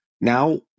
Now